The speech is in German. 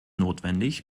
notwendig